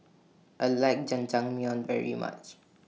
I like Jajangmyeon very much